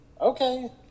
okay